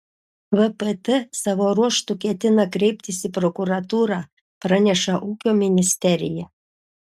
vpt savo ruožtu ketina kreiptis į prokuratūrą praneša ūkio ministerija